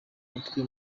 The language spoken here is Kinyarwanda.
mutwe